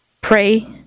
Pray